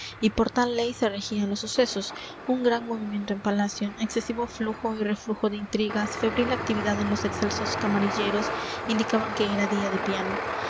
y por tal ley se regían los sucesos un gran movimiento en palacio excesivo flujo y reflujo de intrigas febril actividad en los excelsos camarilleros indicaban que era día de piano